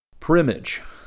Primage